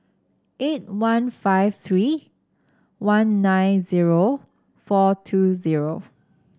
eight one five three one nine zero four two zero